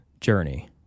journey